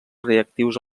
reactius